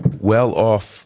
well-off